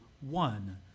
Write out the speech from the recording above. one